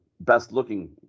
best-looking